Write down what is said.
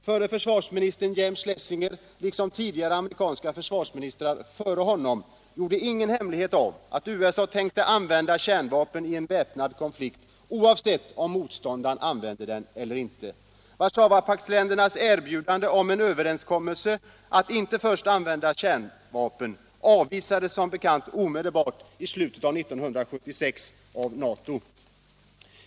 Förre försvarsministern James Schlesinger liksom tidigare amerikanska försvarsministrar före honom gjorde ingen hemlighet av att USA tänkte använda kärnvapen i en väpnad konflikt oavsett om motståndaren använde sådana vapen eller inte. Warszawapaktsländernas erbjudande om en överenskommelse att inte först använda kärnvapen avvisades som bekant omedelbart — i slutet av 1976 - av NATO.